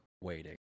waiting